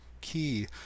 key